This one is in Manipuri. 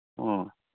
ꯑꯣ